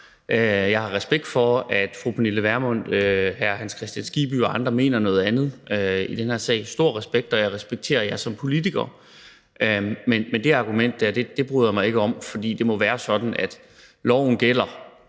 Jeg har respekt for, at fru Pernille Vermund, hr. Hans Kristian Skibby og andre mener noget andet i den her sag – stor respekt – og jeg respekterer jer som politikere. Men det argument dér bryder jeg mig ikke om, for det må være sådan, at loven gælder